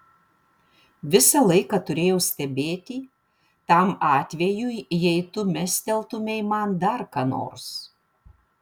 visą laiką turėjau stebėti tam atvejui jei tu mesteltumei man dar ką nors